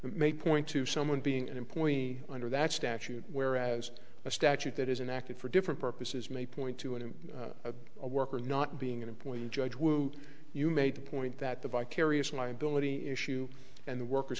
may point to someone being an employee under that statute whereas a statute that is an active for different purposes may point to him a worker not being an employee the judge who you made the point that the vicarious liability issue and the worker's